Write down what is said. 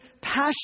passion